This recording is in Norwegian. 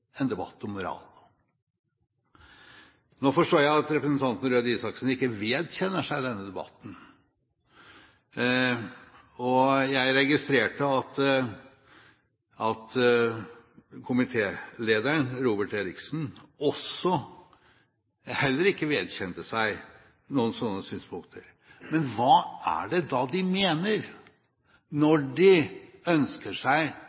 en debatt om moral. Nå forstår jeg at representanten Røe Isaksen ikke vedkjenner seg denne debatten. Jeg registrerte at komitélederen, Robert Eriksson, heller ikke vedkjente seg noen slike synspunkter. Men hva er det da de mener når de ønsker seg